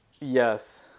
Yes